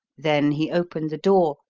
then he opened the door,